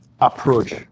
approach